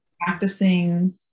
Practicing